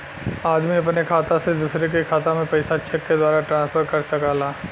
आदमी अपने खाता से दूसरे के खाता में पइसा चेक के द्वारा ट्रांसफर कर सकला